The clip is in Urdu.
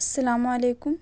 السلام علیکم